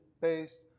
based